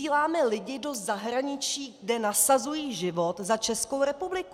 Vysíláme lidi do zahraničí, kde nasazují život za Českou republiku.